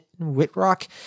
Whitrock